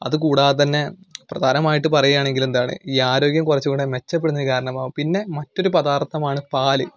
അതുകൂടാതെ തന്നെ പ്രധാനമായിട്ട് പറയുകയാണെങ്കിൽ എന്താണ് ഈ ആരോഗ്യം കുറച്ചുകൂടെ മെച്ചപ്പെടുന്നതിന് കാരണമാവും പിന്നെ മറ്റൊരു പദാർത്ഥമാണ് പാൽ